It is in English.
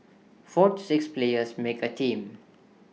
four to six players make A team